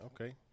Okay